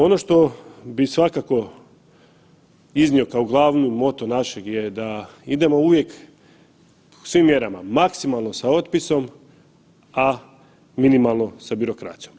Ono što bi svakako iznio kao glavnu moto našeg je da idemo uvijek u svim mjerama maksimalno sa otpisom, a minimalno sa birokracijom.